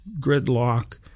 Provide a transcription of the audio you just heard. gridlock